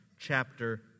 Chapter